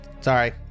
Sorry